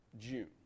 June